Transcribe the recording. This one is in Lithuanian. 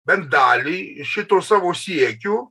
bent dalį šitų savo siekių